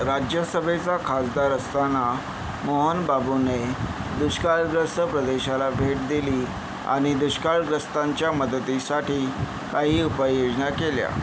राज्यसभेचा खासदार असताना मोहनबाबूने दुष्काळग्रस्त प्रदेशाला भेट दिली आणि दुष्काळग्रस्तांच्या मदतीसाठी काही उपाययोजना केल्या